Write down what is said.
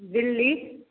Delhi